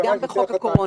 וגם בחוק הקורונה.